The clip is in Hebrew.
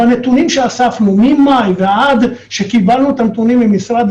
והנתונים שאספנו ממאי עד שקיבלנו את הנתונים ממשרד